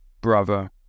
brother